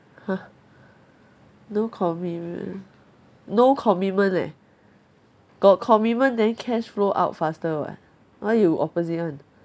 !huh! no commitment no commitment leh got commitment then cash flow out faster [what] why you opposite [one]